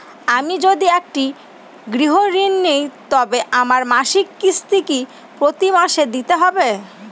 আমি যদি একটি গৃহঋণ নিই তবে আমার মাসিক কিস্তি কি প্রতি মাসে দিতে হবে?